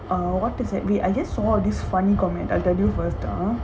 uh what is that wait I just saw this funny comment I tell you first ah